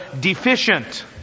deficient